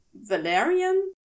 Valerian